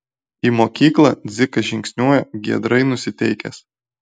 į mokyklą dzikas žingsniuoja giedrai nusiteikęs